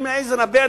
אני מעז לנבא,